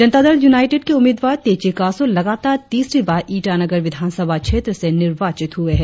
जनता Dal United के उम्मीदवार तेची कासो लगातार तीसरी बार ईटानगर विधानसभा क्षेत्र से निर्वाचित हुए है